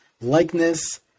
likeness